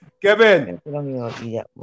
Kevin